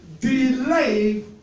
Delay